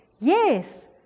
yes